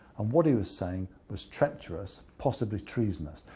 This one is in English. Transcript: and what he was saying was treacherous, possibly treasonous.